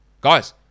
Guys